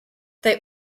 they